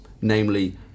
namely